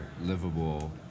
livable